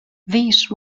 these